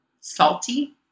salty